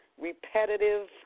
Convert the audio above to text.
repetitive